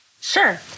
Sure